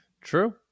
true